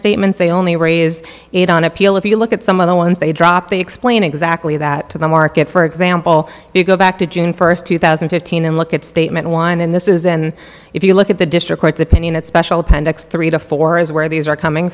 statements they only raise it on appeal if you look at some of the ones they drop they explain exactly that to the market for example you go back to june first two thousand and fifteen and look at statement one and this is then if you look at the district court's opinion that special appendix three to four is where these are coming